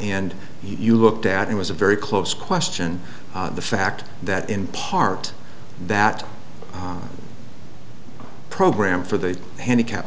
and you looked at it was a very close question the fact that in part that program for the handicapped